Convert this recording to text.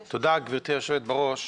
תודה, גברתי היושבת-ראש.